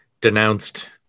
denounced